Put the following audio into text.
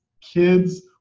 kids